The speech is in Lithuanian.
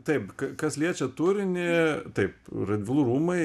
taip kas liečia turinį taip radvilų rūmai